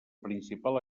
principal